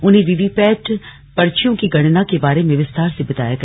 उन्हें वीवीपैट पर्चियों की गणना के बारे में विस्तार से बताया गया